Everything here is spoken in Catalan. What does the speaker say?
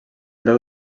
déu